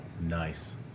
nice